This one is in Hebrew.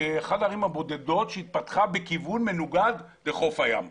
הבודדות שהתפתחה בכיוון מנוגד לחוף הים.